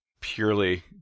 purely